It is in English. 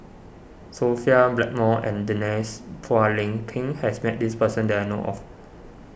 Sophia Blackmore and Denise Phua Lay Peng has met this person that I know of